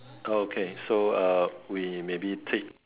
okay so uh we maybe take